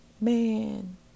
Man